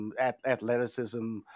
athleticism